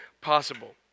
possible